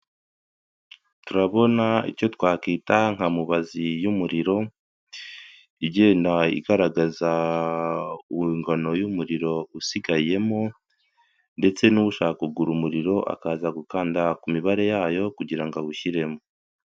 Turabona icyo twakita nka mubazi y'umuriro igenda igaragaza ingano y'umuriro usigayemo ndetse n'ushaka kugura umuriro akaza gukanda aha ku mibare yayo kugira ngo awushyiremo.